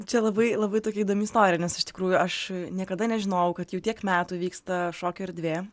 čia labai labai tokia įdomi istorija nes iš tikrųjų aš niekada nežinojau kad jau tiek metų vyksta šokio erdvė